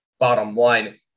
Bottomline